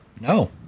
No